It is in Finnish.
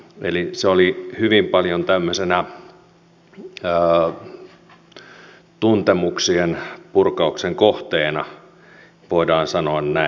se oli hyvin paljon tämmöisenä tuntemuksien purkauksen kohteena voidaan sanoa näin